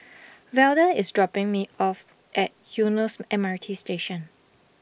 Velda is dropping me off at Eunos M R T Station